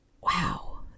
wow